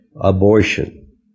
abortion